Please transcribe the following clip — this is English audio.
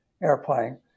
airplane